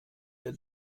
der